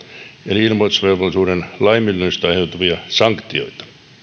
eli ilmoitusvelvollisuuden laiminlyönnistä aiheutuvia sanktioita